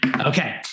Okay